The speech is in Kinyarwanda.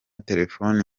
telefoni